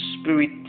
spirit